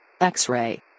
X-Ray